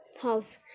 house